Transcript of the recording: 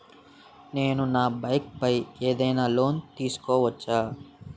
నేను నా బైక్ పై ఏదైనా లోన్ తీసుకోవచ్చా?